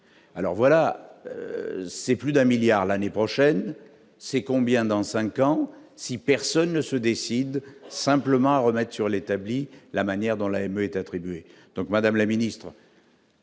alors voilà, c'est plus d'un milliard l'année prochaine, c'est combien dans 5 ans si personne ne se décide simplement remettent sur l'établi, la manière dont la AME est attribuée donc madame la ministre.